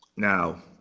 now,